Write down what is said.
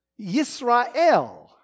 Yisrael